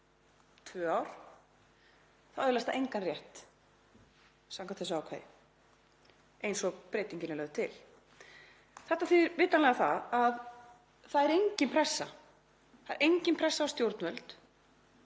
tvö ár. Þá öðlast það engan rétt samkvæmt þessu ákvæði eins og breytingin er lögð til. Þetta þýðir vitanlega að það er engin pressa, það er engin pressa á stjórnvöld